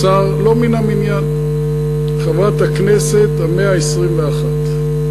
השר, לא מן המניין, חברת הכנסת ה-121,